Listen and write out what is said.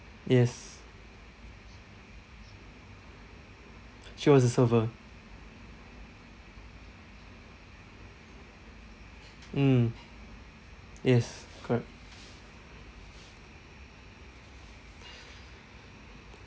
yes she was a server mm yes correct